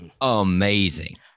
Amazing